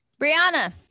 Brianna